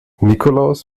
nikolaus